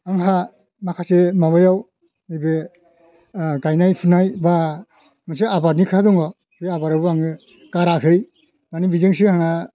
आंहा माखासे माबायाव नैबे गायनाय फुनाय बा मोनसे आबादनि खोथा दङ बे आबारावबो आङो गाराखै मानि बेजोंसो आंहा